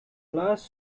last